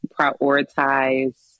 prioritize